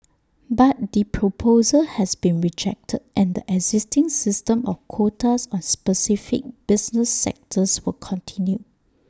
but the proposal has been rejected and the existing system of quotas on specific business sectors will continue